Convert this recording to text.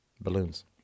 balloons